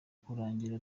kurangira